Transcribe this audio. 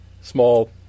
small